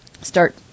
start